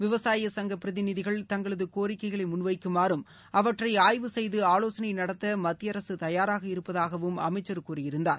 விவசாய சங்க பிரதிநிதிகள் தங்களது கோரிக்கைகளை முள் எவக்குமாறும் அவற்றை ஆய்வு செய்து ஆலோசளை நடத்த மத்திய அரசு தயாராக இருப்பதாகவும் அமைச்சர் கூறி இருந்தார்